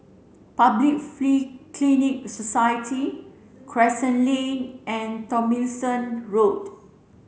Public Free Clinic Society Crescent Lane and Tomlinson Road